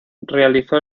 realizó